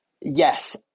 Yes